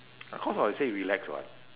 because I say relax [what]